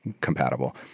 compatible